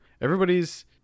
Everybody's